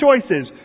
choices